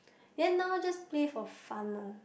then now just play for fun loh